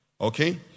Okay